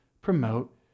promote